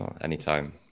anytime